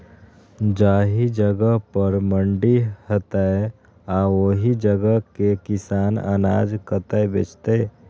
जाहि जगह पर मंडी हैते आ ओहि जगह के किसान अनाज कतय बेचते?